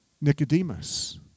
Nicodemus